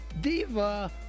Diva